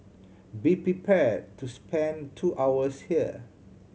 be prepared to spend two hours here